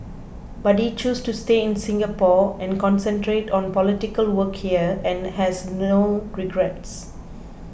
but he chose to stay in Singapore and concentrate on political work here and has no regrets